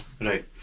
right